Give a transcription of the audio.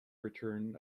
return